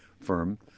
firm